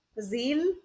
zeal